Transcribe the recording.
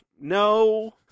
No